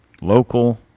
Local